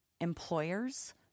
employers